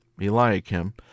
Eliakim